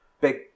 big